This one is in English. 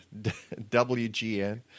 WGN